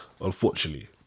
unfortunately